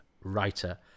writer